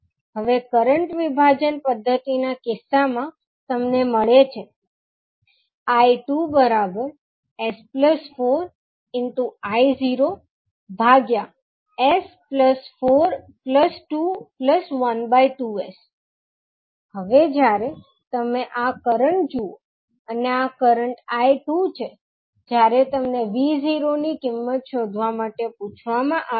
હવે કરંટ વિભાજન પદ્ધતિ ના કિસ્સામાં તમને મેળે છે 𝐼2 S4 I 0S4212S હવે જ્યારે તમે આ કરંટ જુઓ અને આ કરંટ 𝐼2 છે જ્યારે તમને 𝑉0 ની કિંમત શોધવા માટે પૂછવામાં આવે છે